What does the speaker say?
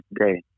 today